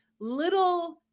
little